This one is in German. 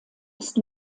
ist